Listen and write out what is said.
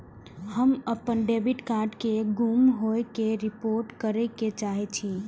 हम अपन debit card के गुम होय के रिपोर्ट करे के चाहि छी